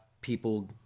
people